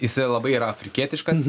jisai labai yra afrikietiškas